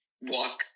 walk